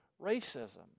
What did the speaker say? racism